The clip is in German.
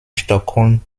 stockholm